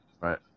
Right